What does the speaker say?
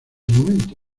momento